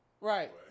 Right